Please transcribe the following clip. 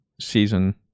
season